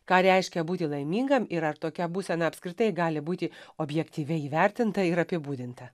ką reiškia būti laimingam ir ar tokia būsena apskritai gali būti objektyviai įvertinta ir apibūdinta